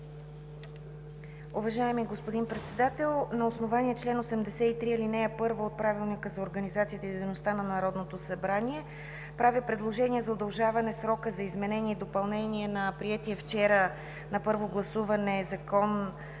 Уважаеми господин Председател, на основание чл. 83, ал. 1 от Правилника за организацията и дейността на Народното събрание правя предложение за удължаване срока за изменение и допълнение на приетия вчера на първо гласуване